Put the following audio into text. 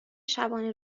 شبانه